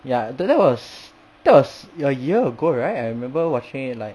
ya don't that was that was a year ago right I remember watching it like